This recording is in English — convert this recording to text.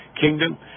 kingdom